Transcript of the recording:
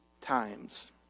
times